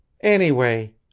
Anyway